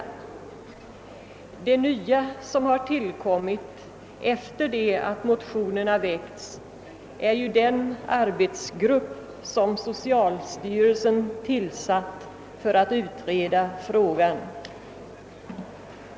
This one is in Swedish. Det nya som har tillkommit efter det att motionerna väckts är ju den arbetsgrupp som socialstyrelsen tillsatt för att utreda frågan.